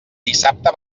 dissabte